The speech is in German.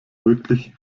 wirklich